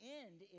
end